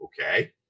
Okay